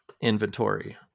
inventory